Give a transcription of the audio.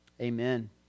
Amen